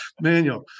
manual